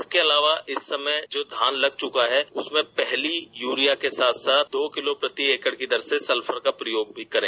इसके अलावा इस समय जो धान लग चुका है उसमें पहली यूरिया के साथ साथ साथ दो किलो प्रति एकड़ की दर से सल्फर का प्रयोग अवश्य करें